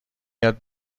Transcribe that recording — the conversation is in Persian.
یاد